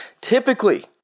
Typically